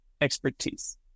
expertise